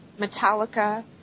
Metallica